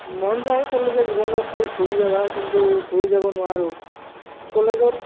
মন যায় কলেজীয়া জীৱনলৈ ঘূৰি যাব কিন্তু ঘূৰি যাব নোৱাৰোঁ কলেজত